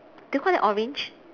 do you call that orange